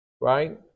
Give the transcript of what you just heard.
Right